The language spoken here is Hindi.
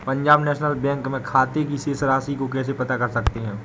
पंजाब नेशनल बैंक में खाते की शेष राशि को कैसे पता कर सकते हैं?